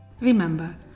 Remember